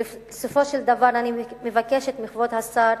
בסופו של דבר, אני מבקשת מכבוד השר